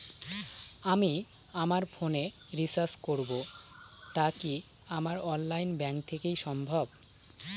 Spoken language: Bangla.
আমি আমার ফোন এ রিচার্জ করব টা কি আমার অনলাইন ব্যাংক থেকেই সম্ভব?